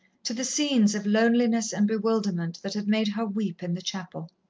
to the scenes of loneliness and bewilderment that had made her weep in the chapel.